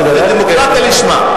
זאת דמוקרטיה לשמה.